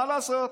מה לעשות,